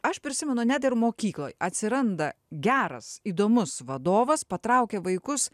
aš prisimenu net ir mokykloj atsiranda geras įdomus vadovas patraukia vaikus